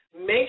make